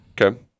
Okay